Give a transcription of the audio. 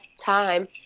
time